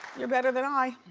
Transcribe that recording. you're better than i.